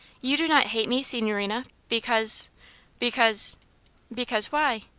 you do not hate me, signorina, because because because why?